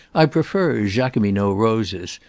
i prefer jacqueminot roses,